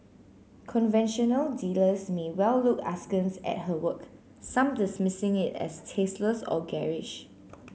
conventional dealers may well look askance at her work some dismissing it as tasteless or garish